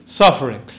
suffering